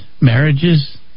marriages